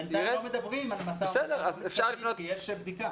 בינתיים לא מדברים על משא-ומתן כי יש בדיקה.